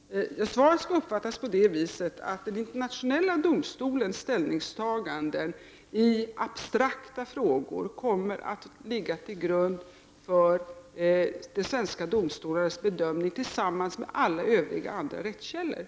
Herr talman! Svaret skall uppfattas så, att den internationella domstolens ställningstaganden i abstrakta frågor, tillsammans med alla övriga rättskällor, kommer att ligga till grund för de svenska domstolarnas bedömning.